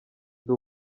ndi